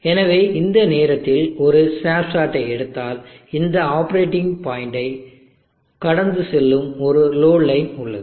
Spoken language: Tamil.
எனவே இந்த நேரத்தில் ஒரு ஸ்னாப்ஷாட்டை எடுத்தால் இந்த ஆப்பரேட்டிங் பாயிண்டை கடந்து செல்லும் ஒரு லோடு லைன் உள்ளது